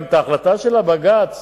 ההחלטה של הבג"ץ